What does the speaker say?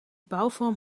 bauform